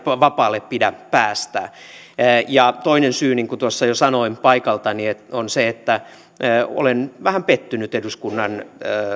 vapaalle pidä päästää toinen syy niin kuin tuossa jo sanoin paikaltani on se että olen vähän pettynyt eduskunnan